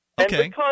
Okay